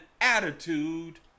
attitude